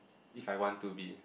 if I want to be